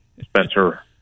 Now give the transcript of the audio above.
Spencer